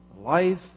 Life